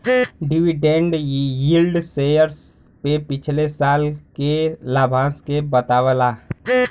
dividend yield share पे पिछले साल के लाभांश के बतावला